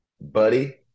Buddy